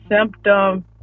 symptom